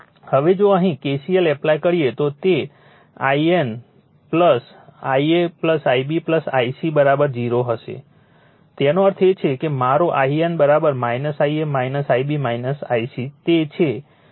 હવે જો અહીં KCL એપ્લાય કરીએ તો તે In Ia Ib i c 0 હશે તેનો અર્થ એ છે કે મારો In Ia Ib Ic તે જ છે અહીં લખેલ છે